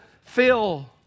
fill